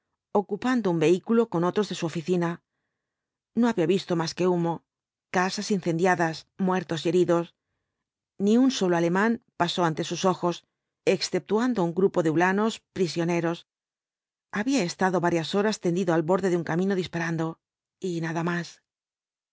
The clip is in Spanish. ocupando un vehículo con otros de su oficina no había visto más que humo casas incendiadas muertos y heridos ni un solo alemán pasó ante sus ojos exceptuando á un grupo de huíanos prisioneros había estado varias horas tendido al borde de un camino disparando y nada más